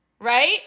Right